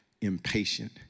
impatient